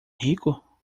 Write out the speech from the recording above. rico